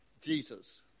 Jesus